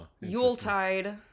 Yuletide